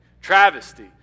travesty